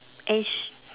is